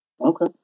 Okay